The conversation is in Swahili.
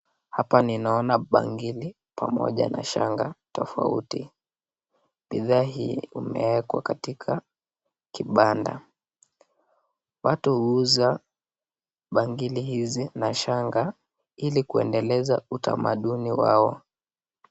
Hapa ninaona bangili pamoja na shanga tofauti , bidhaa hii umewekwa katika kibanda . Watu huuza bangili hizi na shanga , ili kuendeleza utamaduni wao.